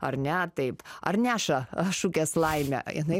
ar ne ar taip ar neša šukės laimę jinai